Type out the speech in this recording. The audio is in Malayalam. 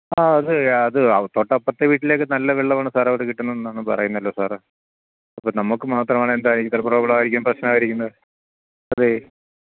ആ അതെ അത് തോട്ടപ്പുറത്തെ വീട്ടിലൊക്കെ നല്ല വെള്ളമാണ് സാറ് അവർക്ക് കിട്ടുന്നത് എന്നാണ് പറയുന്നത് അല്ലോ സാറേ അപ്പം നമുക്ക് മാത്രമാണ് എന്താ ഇത്ര പ്രോബ്ലം ആയിരിക്കും പ്രശ്നമായിരിക്കുന്നത് അതെ